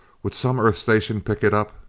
would some earth station pick it up?